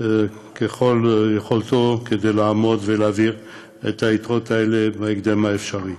ככל יכולתו כדי להעביר את היתרות האלה בהקדם האפשרי.